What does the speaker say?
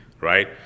Right